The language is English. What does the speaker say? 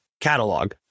catalog